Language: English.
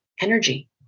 energy